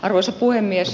arvoisa puhemies